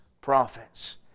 prophets